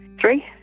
three